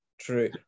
true